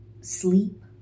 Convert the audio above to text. sleep